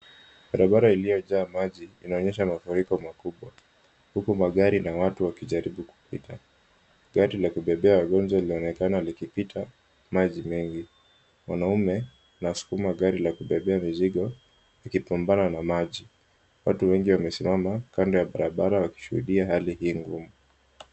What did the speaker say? Barabara iliyojaa maji inaonyesha mafuriko makubwa. Huku magari na watu wakijaribu kupita. Gari la kubebea wagonjwa linaonekana likipita maji mengi. Wanaume wanasukuma gari la kubebea mizigo wakipambana na maji. Watu wengi wamesimama kando ya barabara wakishuhudia hali hii ngumu.